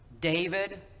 David